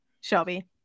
Shelby